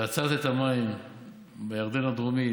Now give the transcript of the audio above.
ועצרת את המים בירדן הדרומי,